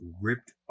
ripped